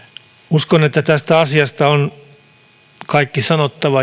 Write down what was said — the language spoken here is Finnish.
uskon että tästä asiasta on kaikki sanottava